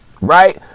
Right